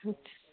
ਅੱਛਾ